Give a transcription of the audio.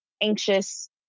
anxious